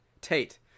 Tate